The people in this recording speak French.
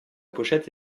pochette